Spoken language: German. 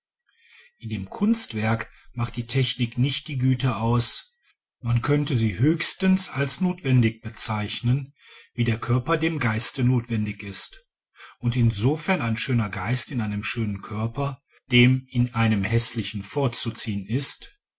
in dem kunstwerk macht die technik nicht die güte aus man könnte sie höchstens als notwendig bezeichnen wie der körper dem geiste notwendig ist und insofern ein schöner geist in einem schönen körper dem in einem häßlichen vorzuziehen ist